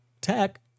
tech